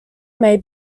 may